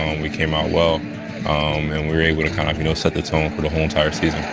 we came out well um and we were able to kind of you know set the tone for the whole entire season.